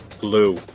Blue